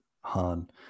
Han